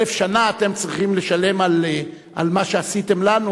אלף שנה אתם צריכים לשלם על מה שעשיתם לנו,